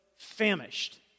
famished